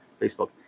facebook